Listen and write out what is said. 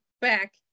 back